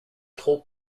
trop